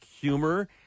humor